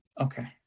Okay